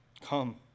Come